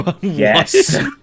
Yes